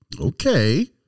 Okay